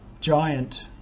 giant